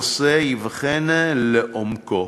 הנושא ייבחן לעומקו.